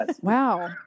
wow